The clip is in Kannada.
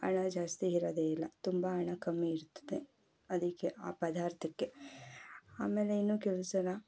ಹಣ ಜಾಸ್ತಿ ಇರೋದೆ ಇಲ್ಲ ತುಂಬ ಹಣ ಕಮ್ಮಿ ಇರ್ತದೆ ಅದಕ್ಕೆ ಆ ಪದಾರ್ಥಕ್ಕೆ ಆಮೇಲೆ ಇನ್ನೂ ಕೆಲವು ಸಲ